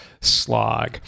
slog